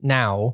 now